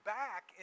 back